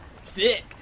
Sick